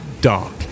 dark